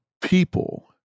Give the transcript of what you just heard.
people